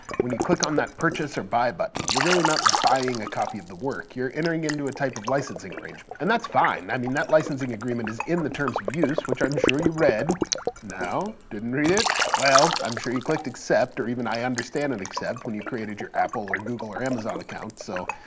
when you click on that purchase or buy button you're really not buying a copy of the work, you're entering into a type of licensing arrangement. and that's fine. i mean that licensing agreement is in the terms of use, which i'm sure you read no? didn't read it? well, i'm sure you clicked accept or even i understand and accept when you created your apple or google or amazon account, so,